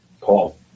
Call